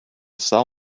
sell